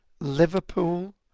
Liverpool